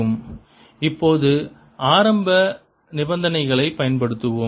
ItCe RLtR இப்போது ஆரம்ப நிபந்தனைகளைப் பயன்படுத்துவோம்